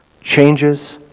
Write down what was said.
changes